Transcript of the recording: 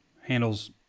Handles